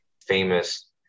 famous